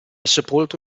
sepolto